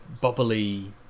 bubbly